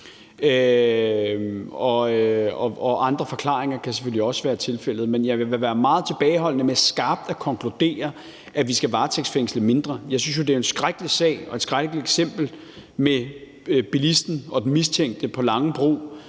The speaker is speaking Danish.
andre forklaringer kan selvfølgelig også gøre sig gældende. Men jeg vil være meget tilbageholdende med skarpt at konkludere, at vi skal varetægtsfængsle mindre. Jeg synes jo, det er en skrækkelig sag og et skrækkeligt eksempel med bilisten på Langebro,